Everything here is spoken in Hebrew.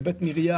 בבית מרים,